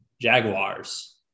Jaguars